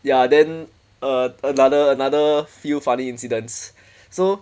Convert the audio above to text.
ya then a~ another another few funny incidents so